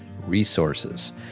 resources